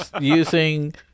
using